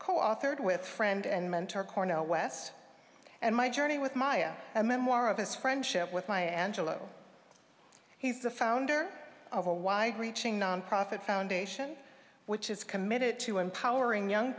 coauthored with friend and mentor cornell west and my journey with maya a memoir of his friendship with my angelot he's the founder of a wide reaching nonprofit foundation which is committed to empowering young